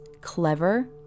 clever